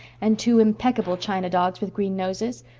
and two impeccable china dogs with green noses?